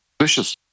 vicious